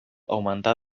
augmentar